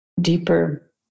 deeper